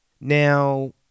now